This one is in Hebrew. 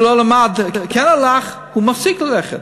שלא למד, שכן הלך, הוא מפסיק ללכת.